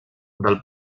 del